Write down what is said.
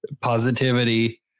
positivity